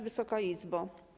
Wysoka Izbo!